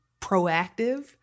proactive